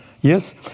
Yes